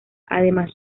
además